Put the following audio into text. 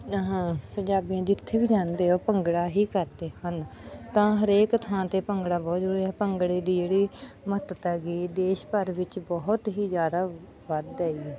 ਆਹਾਂ ਪੰਜਾਬੀ ਜਿੱਥੇ ਵੀ ਜਾਂਦੇ ਉਹ ਭੰਗੜਾ ਹੀ ਕਰਦੇ ਹਨ ਤਾਂ ਹਰੇਕ ਥਾਂ 'ਤੇ ਭੰਗੜਾ ਬਹੁਤ ਜ਼ਰੂਰੀ ਹੈ ਭੰਗੜੇ ਦੀ ਜਿਹੜੀ ਮਹੱਤਤਾ ਹੈਗੀ ਦੇਸ਼ ਭਰ ਵਿੱਚ ਬਹੁਤ ਹੀ ਜ਼ਿਆਦਾ ਵੱਧ ਹੈਗੀ